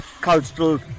cultural